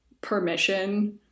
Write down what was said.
permission